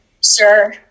sir